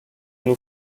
nous